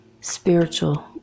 spiritual